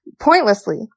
pointlessly